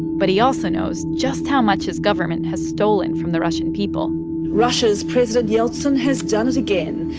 but he also knows just how much his government has stolen from the russian people russia's president yeltsin has done it again,